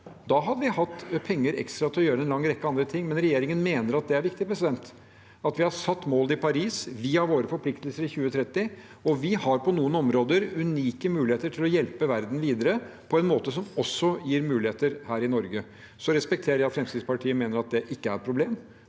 da hadde vi hatt ekstra penger til å gjøre en lang rekke andre ting. Men regjeringen mener det er viktig at vi satte mål i Paris via våre forpliktelser i 2030, og vi har på noen områder unike muligheter til å hjelpe verden videre på en måte som også gir muligheter her i Norge. Så respekterer jeg at Fremskrittspartiet mener at det ikke er et problem,